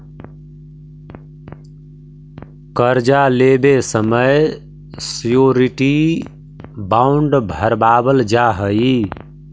कर्जा लेवे समय श्योरिटी बॉण्ड भरवावल जा हई